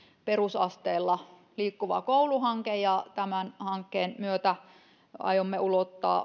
perusasteella liikkuva koulu hanke ja tämän hankkeen myötä aiomme ulottaa